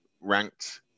ranked